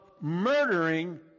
murdering